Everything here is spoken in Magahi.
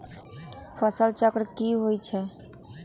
फसल चक्र की होई छै?